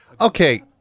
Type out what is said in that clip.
okay